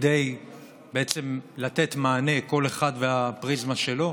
קטן מדי, כדי לתת מענה, כל אחד והפריזמה שלו,